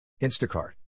Instacart